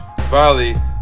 volley